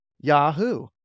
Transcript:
Yahoo